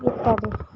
ইত্যাদি